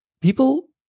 people